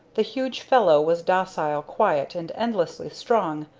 the huge fellow was docile, quiet, and endlessly strong,